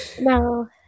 No